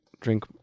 drink